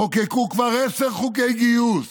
חוקקו כבר עשרה חוקי גיוס,